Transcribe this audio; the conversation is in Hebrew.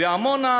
ועמונה,